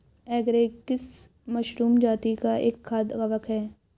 agaricus mushroom जाती का एक खाद्य कवक है